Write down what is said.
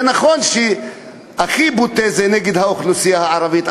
זה נכון שהכי בוטה זה נגד האוכלוסייה הערבית.